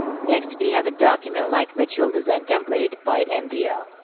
next we have a document like material design template by and mdl.